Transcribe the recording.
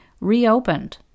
reopened